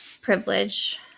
privilege